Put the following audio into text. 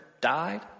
died